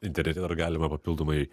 internete ar galima papildomai